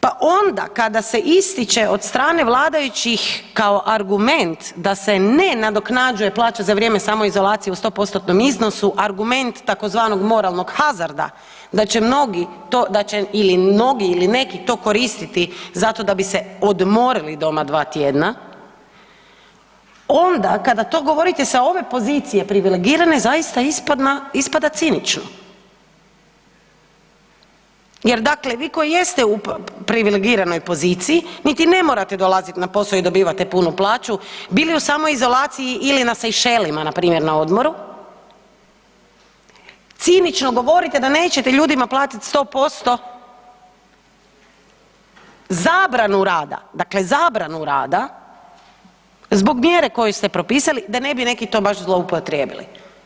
Pa onda kada se ističe od strane vladajućih kao argument da se ne nadoknađuje plaća za vrijeme samoizolacije u 100%-tnom iznosu argument tzv. moralnog hazarda da će mnogi to da će ili mnogi ili neki to koristiti zato da bi se odmorili doma dva tjedna, onda kada to govorite sa ove pozicije privilegirane zaista ispada cinično jer dakle vi koji jeste u privilegiranoj poziciji niti ne morate dolazit na posao i dobivate punu plaću, bili u samoizolaciji ili na Sejšelima npr. na odmoru, cinično govorite da nećete ljudima platiti 100% zabranu rada, dakle zabranu rada zbog mjere koju ste propisali da ne bi neki to baš zloupotrijebili.